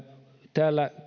täällä